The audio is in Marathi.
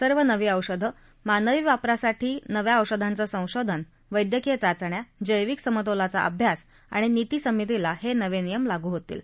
सर्व नवी औषधं मानवी वापरासाठी नव्या औषधांचं संशोधन वैद्यकीय चाचण्या जैविक समतोलाचा अभ्यास आणि नीती समितीला हे नवे नियम लागू होतील